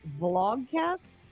vlogcast